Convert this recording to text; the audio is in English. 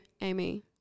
Amy